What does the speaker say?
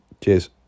Cheers